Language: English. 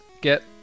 get